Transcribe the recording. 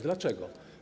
Dlaczego?